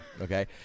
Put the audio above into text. Okay